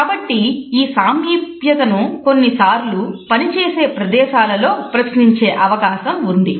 కాబట్టి ఈ సామీప్యతను కొన్నిసార్లు పనిచేసే ప్రదేశాలలో ప్రశ్నించే అవకాశం ఉంది